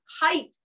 height